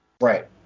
Right